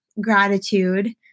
gratitude